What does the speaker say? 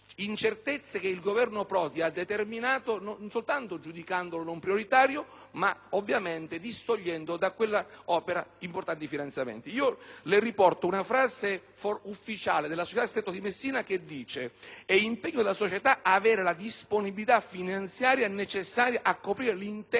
che il Governo Prodi ha determinato non solo giudicandolo non prioritario ma ovviamente distogliendo da quell'opera importanti finanziamenti. Le riporto, signor Ministro, una frase ufficiale della società Stretto di Messina: «È impegno della società avere la disponibilità finanziaria necessaria a coprire l'intero